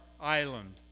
island